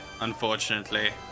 Unfortunately